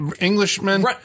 Englishmen